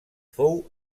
fou